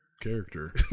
Character